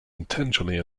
intentionally